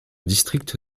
district